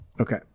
Okay